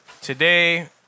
today